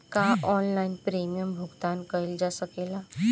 का online premium भुगतान कईल जा सकेला?